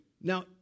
Now